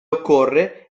occorre